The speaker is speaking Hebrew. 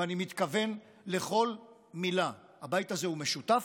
ואני מתכוון לכל מילה: הבית הזה הוא משותף,